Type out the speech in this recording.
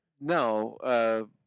no